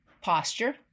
posture